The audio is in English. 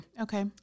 Okay